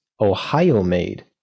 Ohio-made